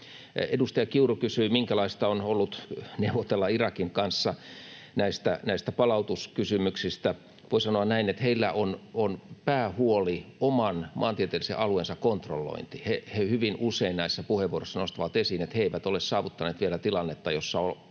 Edustaja Kiuru kysyi, minkälaista on ollut neuvotella Irakin kanssa palautuskysymyksistä. Voi sanoa näin, että heillä on päähuolena oman maantieteellisen alueensa kontrollointi. He hyvin usein näissä puheenvuoroissa nostavat esiin, että he eivät ole saavuttaneet vielä tilannetta, jossa